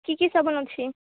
କି କି ସାବୁନ ଅଛି